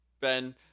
Ben